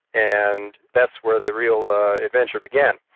and that's where the real adventure began.